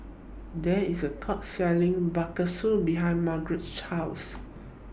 There IS A Food Court Selling Bakso behind Margeret's House